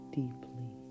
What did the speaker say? deeply